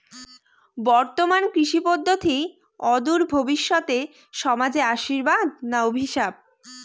বর্তমান কৃষি পদ্ধতি অদূর ভবিষ্যতে সমাজে আশীর্বাদ না অভিশাপ?